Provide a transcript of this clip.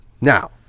Now